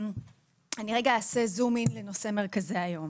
אני רגע אעשה זום אין לנושא מרכזי היום.